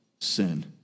sin